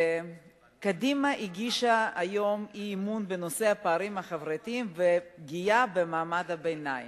קדימה הגישה היום אי-אמון בנושא הפערים החברתיים והפגיעה במעמד הביניים.